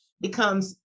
becomes